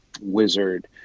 wizard